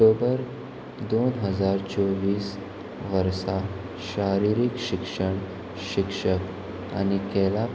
ऑक्टोबर दोन हजार चोवीस वर्सा शारिरीक शिक्षण शिक्षक आनी केला